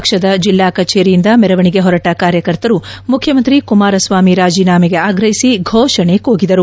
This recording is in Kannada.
ಪಕ್ಷದ ಜಿಲ್ಲಾ ಕಚೇರಿಯಿಂದ ಮೆರವಣಿಗೆ ಹೊರಟ ಕಾರ್ಯಕರ್ತರು ಮುಖ್ಯಮಂತ್ರಿ ಕುಮಾರಸ್ವಾಮಿ ರಾಜೀನಾಮೆಗೆ ಆಗ್ರಹಿಸಿ ಘೋಷಣೆ ಕೂಗಿದರು